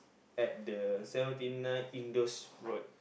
at the seventy nine in those road